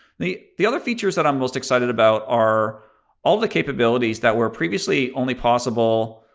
the the other features that i'm most excited about are all the capabilities that were previously only possible